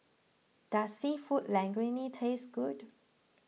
does Seafood Linguine taste good